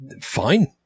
Fine